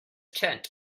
tent